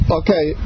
okay